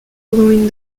following